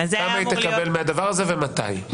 כמה היא תקבל מהדבר הזה ומתי?